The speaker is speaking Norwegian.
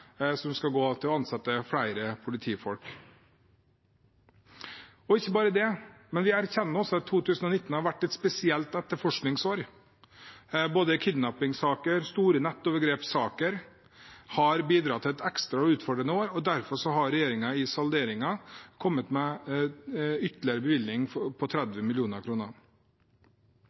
som skal gå til å ansette flere politifolk. Ikke bare det, vi erkjenner også at 2019 har vært et spesielt etterforskningsår. Både kidnappingssaker og store nettovergrepssaker har bidratt til et ekstra utfordrende år, og derfor har regjeringen i salderingen kommet med en ytterligere bevilgning på 30